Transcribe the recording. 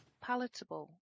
palatable